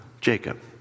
Jacob